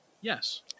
Yes